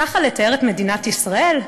ככה לתאר את מדינת ישראל?